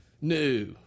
new